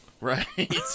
Right